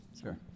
Sure